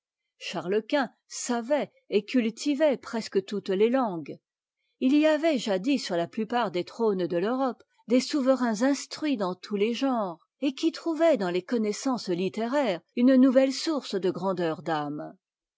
chartes quint savait et cultivait presque toutes les langues il y avait jadis sur la plupart des trônes de l'europe des souverains instruits dans tous les genres et qui trouvaient dans les connaissances littéraires une nouvelle source de grandeur d'âme